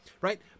right